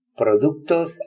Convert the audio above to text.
productos